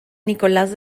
nicolás